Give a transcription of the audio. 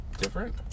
different